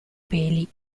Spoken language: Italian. peli